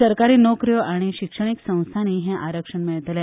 सरकारी नोकर्यो आनी शिक्षणीक संस्थानी हे आरक्षण मेळतले